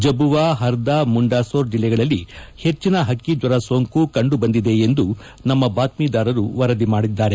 ಜಬುವಾ ಹರ್ಲಾ ಮಂಡಾಸೋರ್ ಜಿಲ್ಲೆಗಳಲ್ಲಿ ಹೆಚ್ಚಿನ ಹಕ್ಕಿಜ್ವರ ಸೋಂಕು ಕಂಡು ಬಂದಿದೆ ಎಂದು ನಮ್ಮ ಬಾತ್ಯೀದಾರರು ವರದಿಯಾಗಿದೆ